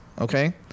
Okay